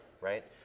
Right